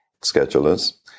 schedulers